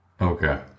Okay